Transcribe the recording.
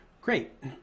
Great